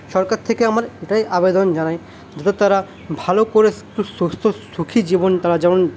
সরকার থেকে আমার এটাই আবেদন জানাই যেন তারা ভালো করে একটু সুস্থ সুখী জীবন তারা যেন